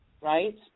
right